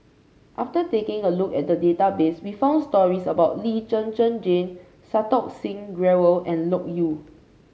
after taking a look at the database we found stories about Lee Zhen Zhen Jane Santokh Singh Grewal and Loke Yew